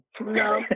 No